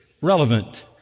relevant